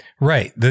Right